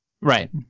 Right